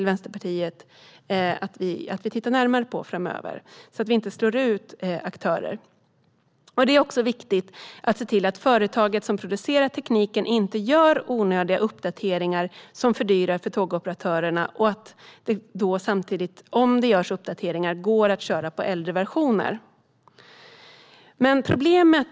Vänsterpartiet vill att man tittar närmare på det framöver så att aktörer inte slås ut. Det är också viktigt att se till att företaget som producerar tekniken inte gör onödiga uppdateringar som fördyrar för tågoperatörerna och att om det görs uppdateringar ska det gå att köra på äldre versioner.